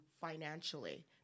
financially